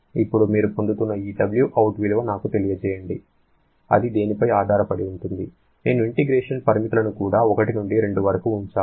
ఇప్పుడు మీరు పొందుతున్న ఈ Wout విలువ నాకు తెలియజేయండి అది దేనిపై ఆధారపడి ఉంటుంది నేను ఇంటిగ్రేషన్ పరిమితులను కూడా 1 నుండి 2 వరకు ఉంచాలి